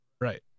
right